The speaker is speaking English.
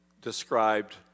described